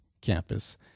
campus